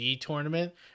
tournament